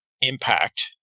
impact